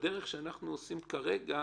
בדרך שאנחנו עושים כרגע,